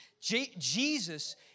Jesus